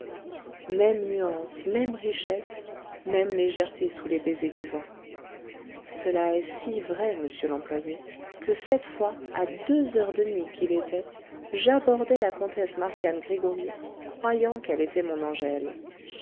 même nuance même richesse même légèreté sous les baisers du vent cela est si vrai monsieur l'employé que cette fois à deux heures de nuit qu'il était j'abordai la comtesse marcian gregoryi croyant qu'elle était mon angèle